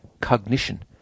cognition